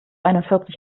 einundvierzig